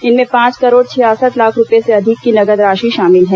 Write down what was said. इनमें पांच करोड़ छियासठ लाख रूपए से अधिक की नकद राशि शामिल हैं